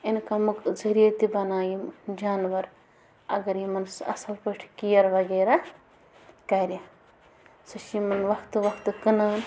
اِنکَمُک ذٔریعہٕ تہِ بنان یِم جانوَر اگر یِمَن سُہ اَصٕل پٲٹھۍ کِیَر وغیرہ کَرِ سُہ چھِ یِمَن وَقتہٕ وَقتہٕ کٕنان